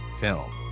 film